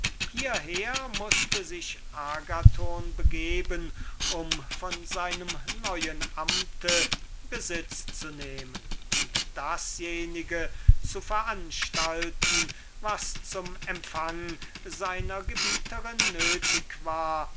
hieher mußte sich agathon begeben um von seinem neuen amte besitz zu nehmen und dasjenige zu veranstalten was zum empfang seiner gebieterin nötig war